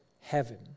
heaven